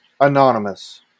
anonymous